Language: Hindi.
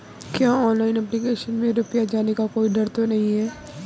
क्या ऑनलाइन एप्लीकेशन में रुपया जाने का कोई डर तो नही है?